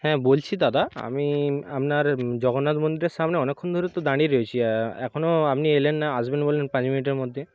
হ্যাঁ বলছি দাদা আমি আপনার জগন্নাথ মন্দিরের সামনে অনেকক্ষণ ধরে তো দাঁড়িয়ে রয়েছি এখনও আপনি এলেন না আসবেন বললেন পাঁচ মিনিটের মধ্যে